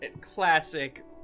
classic